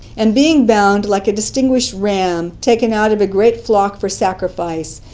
and being bound like a distinguished ram taken out of a great flock for sacrifice,